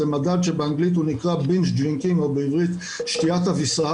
זה מדד שבאנגלית הוא נקרא binge drinking או בעברית שתיית אביסה,